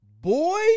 Boy